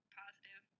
positive